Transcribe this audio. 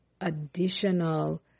additional